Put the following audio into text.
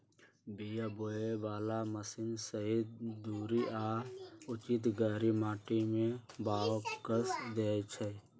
बीया बोय बला मशीन सही दूरी आ उचित गहीर माटी में बाओ कऽ देए छै